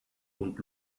und